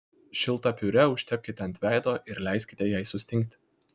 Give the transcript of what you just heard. šiltą piurė užtepkite ant veido ir leiskite jai sustingti